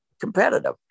competitive